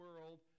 world